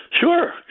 Sure